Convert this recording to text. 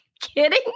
kidding